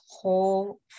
whole